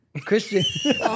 Christian